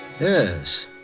Yes